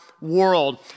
World